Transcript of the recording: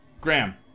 Graham